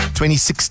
2016